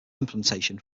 implementation